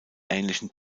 ähnlichen